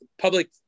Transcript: public